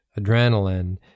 adrenaline